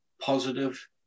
positive